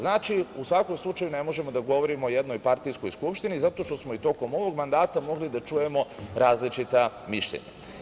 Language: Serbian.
Znači, u svakom slučaju ne možemo da govorimo o jednopartijskoj Skupštini zato što smo i tokom ovog mandata mogli da čujemo različita mišljenja.